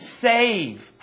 Save